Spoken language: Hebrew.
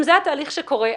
אם זה התהליך שקרה,